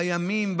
בימים,